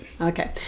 Okay